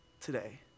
today